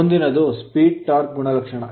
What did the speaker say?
ಮುಂದಿನದು speed torque speed torque ಗುಣಲಕ್ಷಣ